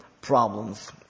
problems